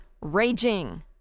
raging